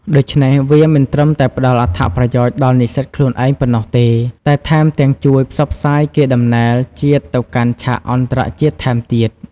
ដូច្នេះ វាមិនត្រឹមតែផ្តល់អត្ថប្រយោជន៍ដល់និស្សិតខ្លួនឯងប៉ុណ្ណោះទេ តែថែមទាំងជួយផ្សព្វផ្សាយកេរដំណែលជាតិទៅកាន់ឆាកអន្តរជាតិថែមទៀត។